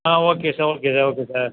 ah okay sir okay sir okay sir